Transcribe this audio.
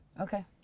Okay